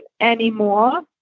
anymore